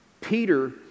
Peter